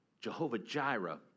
Jehovah-Jireh